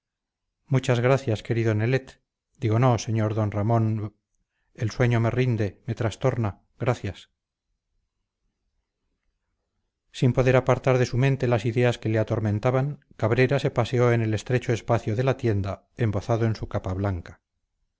muchas gracias querido nelet digo no sr d ramón v el sueño me rinde me trastorna gracias sin poder apartar de su mente las ideas que le atormentaban cabrera se paseó en el estrecho espacio de la tienda embozado en su capa blanca